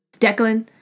Declan